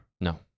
No